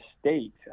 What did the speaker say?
state